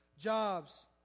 jobs